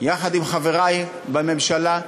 יחד עם חברי בממשלה,